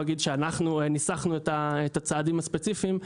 אגיד שאנחנו ניסחנו את הצעדים הספציפיים,